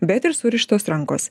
bet ir surištos rankos